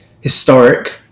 historic